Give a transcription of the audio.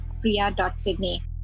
priya.sydney